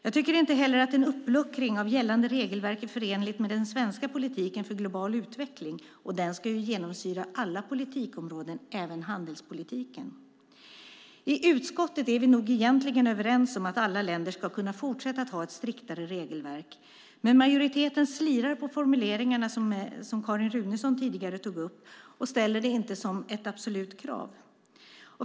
Jag tycker inte heller att en uppluckring av gällande regelverk är förenlig med den svenska politiken för global utveckling, och den ska ju genomsyra alla politikområden - även handelspolitiken. I utskottet är vi egentligen överens om att alla länder ska kunna fortsätta att ha ett striktare regelverk, men majoriteten slirar på formuleringarna, som Carin Runeson tidigare tog upp, och ställer det inte som ett absolut krav.